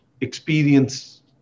experience